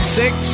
six